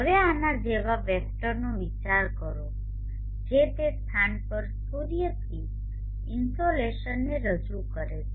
હવે આના જેવા વેક્ટરનો વિચાર કરો જે તે સ્થાન પર સૂર્યથી ઇન્સોલેશનને રજૂ કરે છે